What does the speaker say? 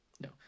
No